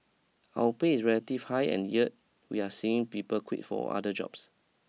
our pay is relative high and yet we're seeing people quit for other jobs